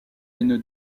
une